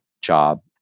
job